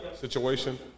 situation